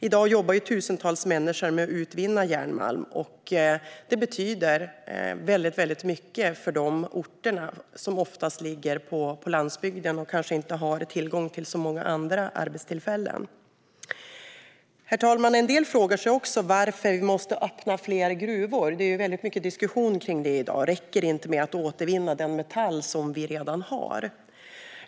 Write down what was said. I dag jobbar tusentals människor med att utvinna järnmalm, och det betyder mycket för dessa orter som oftast ligger på landsbygden där det kanske inte finns så många andra arbetstillfällen. Herr talman! En del frågar sig också varför vi måste öppna fler gruvor. Det är mycket diskussion om det i dag. Räcker det inte med att återvinna den metall vi redan har?